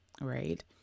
right